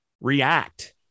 React